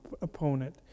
opponent